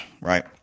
right